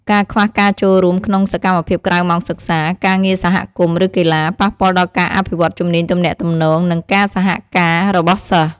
ការខ្វះការចូលរួមក្នុងសកម្មភាពក្រៅម៉ោងសិក្សា ការងារសហគមន៍ ឬកីឡា ប៉ះពាល់ដល់ការអភិវឌ្ឍជំនាញទំនាក់ទំនង និងការសហការរបស់សិស្ស។